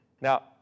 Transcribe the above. Now